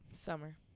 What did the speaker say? Summer